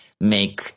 make